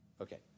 Okay